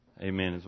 amen